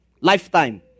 lifetime